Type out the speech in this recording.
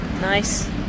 nice